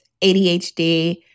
ADHD